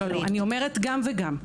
אני אומרת גם וגם.